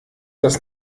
das